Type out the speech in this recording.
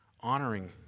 honoring